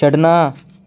ਛੱਡਣਾ